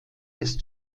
des